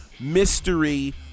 mystery